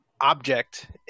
object